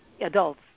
adults